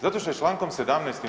Zato što je čl. 17.